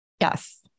Yes